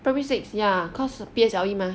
primary six ya because P_S_L_E mah